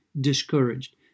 discouraged